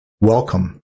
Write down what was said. Welcome